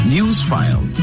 NewsFile